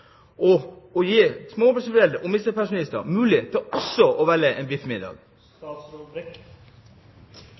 og å gi småbarnsforeldre og minstepensjonister mulighet til også å velge en biffmiddag?